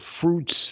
fruits